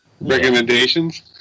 Recommendations